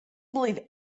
believe